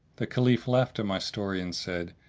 the caliph laughed at my story and said,